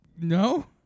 No